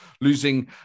losing